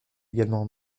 également